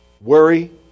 Worry